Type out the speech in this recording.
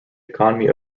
economy